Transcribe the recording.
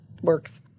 works